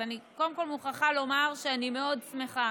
אז אני קודם כול מוכרחה לומר שאני מאוד שמחה